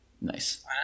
Nice